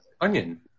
Onion